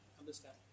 understand